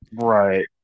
Right